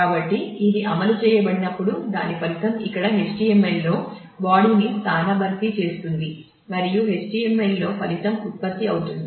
కాబట్టి ఇది అమలు చేయబడినప్పుడుదాని ఫలితం ఇక్కడ HTML లో బాడీ ని స్థాన భర్తీ చేస్తుంది మరియు HTML లో ఫలితం ఉత్పత్తి అవుతుంది